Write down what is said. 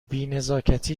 بینزاکتی